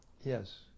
yes